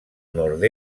nord